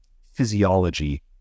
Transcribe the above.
physiology